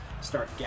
start